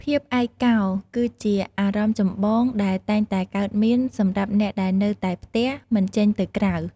ភាពឯកកោគឺជាអារម្មណ៍ចម្បងដែលតែងតែកើតមាន សម្រាប់អ្នកដែលនៅតែផ្ទះ មិនចេញទៅក្រៅ។